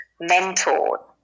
mentor